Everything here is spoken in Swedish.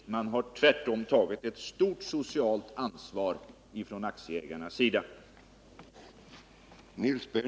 Aktieägarna har tvärtom tagit ett stort socialt ansvar.